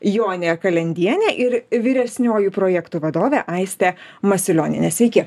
jonė kalendienė ir vyresnioji projektų vadovė aistė masiulionienė sveiki